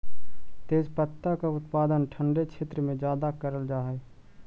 तेजपत्ता का उत्पादन ठंडे क्षेत्र में ज्यादा करल जा हई